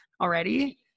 already